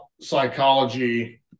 psychology